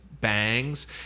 Bangs